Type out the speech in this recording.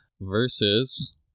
versus